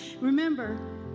Remember